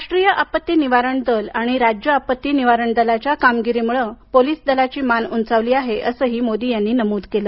राष्ट्रीय आपत्ती निवारण दल आणि राज्य आपत्ती निवारण दलाच्या कामगिरीमुळ पोलीस दलाची मान उंचावली आहे असंही मोदी यांनी नमूद केलं